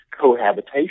cohabitation